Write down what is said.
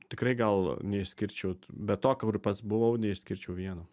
tikrai gal neišskirčiau bet to kur pats buvau neišskirčiau vieno